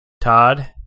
Todd